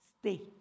Stay